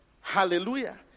Hallelujah